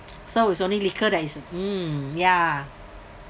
so it's only liquor that is mm yeah